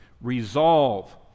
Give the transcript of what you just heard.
Resolve